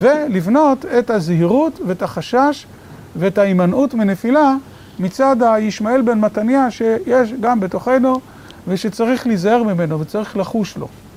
ולבנות את הזהירות ואת החשש ואת ההימנעות מנפילה מצד הישמעאל בן מתניה שיש גם בתוכנו ושצריך להיזהר ממנו וצריך לחוש לו.